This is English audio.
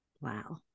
Wow